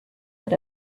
had